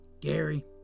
Gary